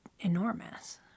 enormous